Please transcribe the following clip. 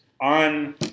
on